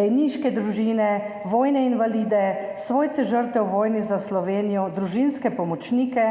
rejniške družine, vojne invalide, svojce žrtev v vojni za Slovenijo, družinske pomočnike,